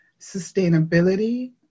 sustainability